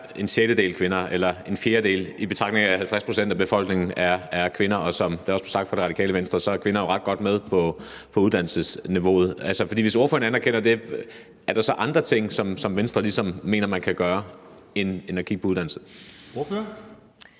en sjettedel eller en fjerdedel kvinder, i betragtning af at 50 pct. af befolkningen er kvinder. Og som det også blev sagt af ordføreren fra Radikale Venstre, er kvinder jo ret godt med, hvad angår uddannelsesniveauet. Altså, for hvis ordføreren anerkender det, er der så andre ting, som Venstre ligesom mener man kan gøre, end at kigge på uddannelse?